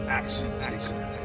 action-taker